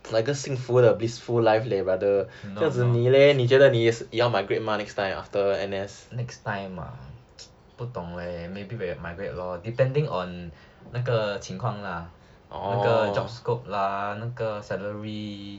来个幸福的 blissful life leh brother 这样子你 leh 你觉得你要 migrate mah next time after N_S